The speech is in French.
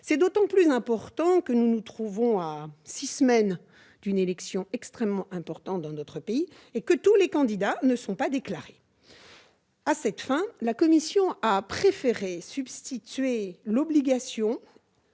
C'est d'autant plus important que nous nous trouvons à six semaines d'une élection extrêmement importante pour la vie démocratique de notre pays et que tous les candidats ne sont pas officiellement déclarés. À cette fin, la commission a préféré substituer l'obligation,